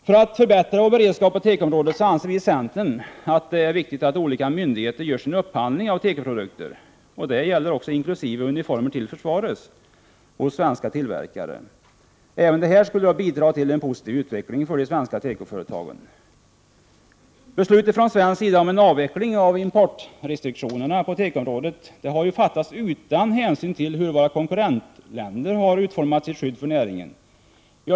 För att förbättra vår beredskap på tekoområdet anser vi i centern att det är viktigt att olika myndigheter gör sin upphandling av tekoprodukter, inklusive uniformer till försvaret, hos svenska tillverkare. Även det skulle bidra till en positiv utveckling för de svenska tekoföretagen. Beslutet från svensk sida om en avveckling av importrestriktionerna på tekoområdet har fattats utan hänsyn till hur våra konkurrentländer har utformat sitt skydd för näringen.